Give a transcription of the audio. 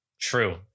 True